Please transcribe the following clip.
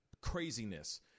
craziness